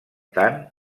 tant